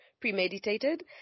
premeditated